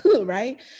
right